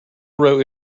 wrote